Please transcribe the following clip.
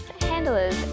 handlers